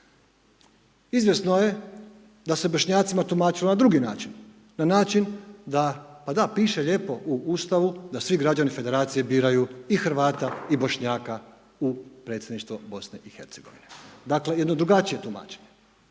Izvjesno je da se Bošnjacima tumačilo na drugi način, na način da, pa da, piše lijepo u Ustavu da svi građani Federacije biraju i Hrvata i Bošnjaka u predsjedništvo BiH. Dakle, jedno drugačije tumačenje.